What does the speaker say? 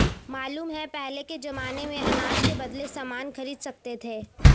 मालूम है पहले के जमाने में अनाज के बदले सामान खरीद सकते थे